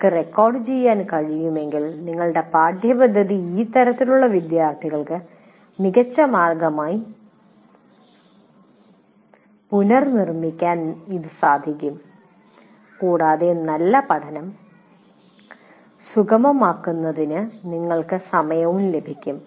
നിങ്ങൾക്ക് റെക്കോർഡുചെയ്യാൻ കഴിയുമെങ്കിൽ നിങ്ങളുടെ പാഠ്യപദ്ധതി ഈ തരത്തിലുള്ള വിദ്യാർത്ഥികൾക്ക് മികച്ച മാർഗമായി പുനർനിർമിക്കാൻ ഇത് സഹായിക്കും കൂടാതെ നല്ല പഠനം സുഗമമാക്കുന്നതിന് നിങ്ങൾക്ക് സമയവും ലഭിക്കും